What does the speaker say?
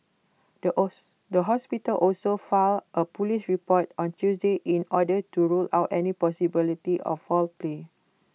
the the hospital also filed A Police report on Tuesday in order to rule out any possibility of foul play